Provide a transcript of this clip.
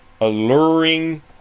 alluring